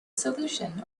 solution